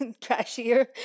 trashier